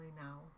now